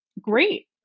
great